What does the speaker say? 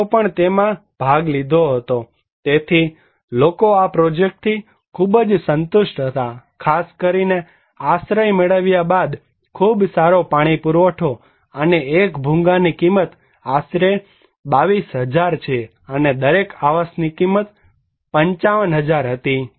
સ્ત્રીઓએ પણ તેમાં ભાગ લીધો હતો તેથી લોકો આ પ્રોજેક્ટથી ખૂબ જ સંતુષ્ટ હતા ખાસ કરીને આશ્રય મેળવ્યા બાદ ખૂબ સારો પાણી પુરવઠો અને એક ભૂંગા ની કિંમત આશરે 22000 છે અને દરેક આવાસ એકમની કિંમત 55000 હતી